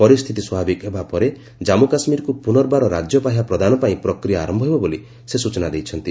ପରିସ୍ଥିତି ସ୍ୱାଭାବିକ ହେବା ପରେ ଜାମ୍ମୁ କାଶ୍ମୀରକୁ ପୁନର୍ବାର ରାଜ୍ୟପାହ୍ୟା ପ୍ରଦାନ ପାଇଁ ପ୍ରକ୍ରିୟା ଆରମ୍ଭ ହେବ ବୋଲି ସେ ସୂଚନା ଦେଇଛନ୍ତି